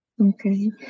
Okay